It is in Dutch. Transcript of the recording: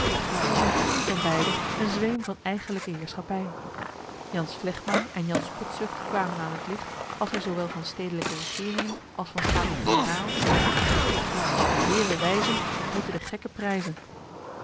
er is in geen van beide een zweem van eigenlijke heerschappij jan's phlegma en jan's spotzucht kwamen aan het licht als hij zoowel van stedelijke regeringen als van staten-generaal zeide wat de heeren wijzen moeten de gekken prijzen